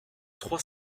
trois